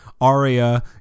Arya